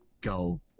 go